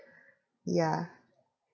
yeah